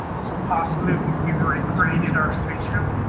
so, possibly, we've already created our spaceship?